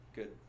Good